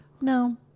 No